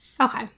Okay